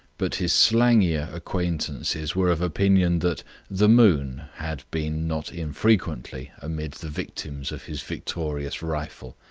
but his slangier acquaintances were of opinion that the moon had been not unfrequently amid the victims of his victorious rifle.